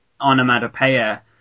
onomatopoeia